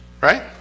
Right